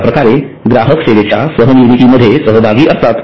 अश्याप्रकारे ग्राहक सेवेच्या सह निर्मिती मध्ये सहभागी असतात